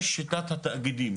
יש שיטת התאגידים,